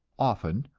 often,